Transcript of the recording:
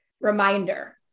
reminder